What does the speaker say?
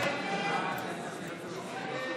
הצבעה.